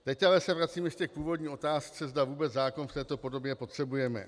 Teď ale se vracím ještě k původní otázce, zda vůbec zákon v této podobě potřebujeme.